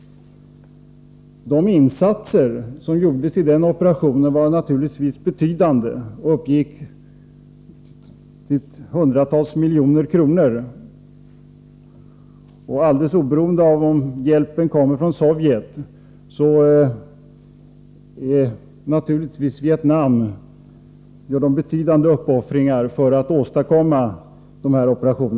De insatser som gjordes i den operationen var naturligtvis betydande, och kostnaderna uppgick till hundratals miljoner kronor. Och alldeles oberoende av om hjälpen kom från Sovjet, gör naturligtvis Vietnam «Nr 136 betydande uppoffringar för att åstadkomma operationer av den här typen.